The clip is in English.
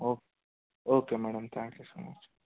okay okay madam thank you so much